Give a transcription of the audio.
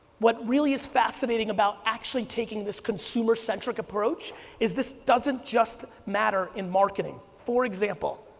what really is fascinating about actually taking this consumer centric approach is this doesn't just matter in marketing. for example,